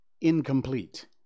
incomplete